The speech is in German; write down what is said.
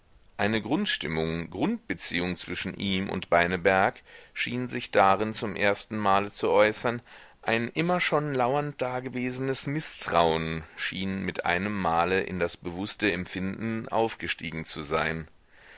eine grundstimmung grundbeziehung zwischen ihm und beineberg schien sich darin zum ersten male zu äußern ein immer schon lauernd dagewesenes mißtrauen schien mit einem male in das bewußte empfinden aufgestiegen zu sein